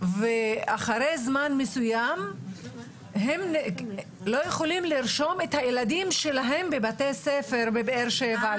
ואחרי זמן מסוים הם לא יכולים לרשום את הילדים שלהם בבתי ספר בבאר שבע,